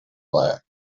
black